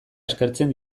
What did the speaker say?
eskertzen